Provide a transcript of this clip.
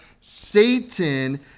Satan